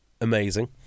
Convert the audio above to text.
amazing